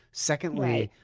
secondly,